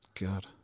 God